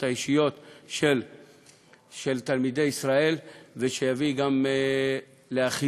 אישיות של תלמידי ישראל ויביא גם לאחידות.